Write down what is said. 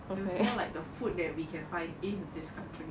is more like the food that we can find in this country